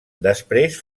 després